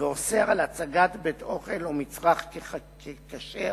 ואוסר על הצגת בית-אוכל ומצרך ככשר